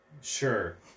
Sure